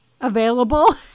available